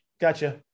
Gotcha